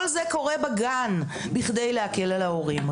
כל זה קורה בגן בכדי להקל על ההורים.